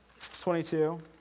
22